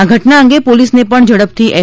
આ ઘટના અંગે પોલીસને પણ ઝડપથી એફ